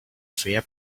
fair